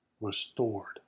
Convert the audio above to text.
restored